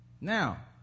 Now